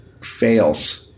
fails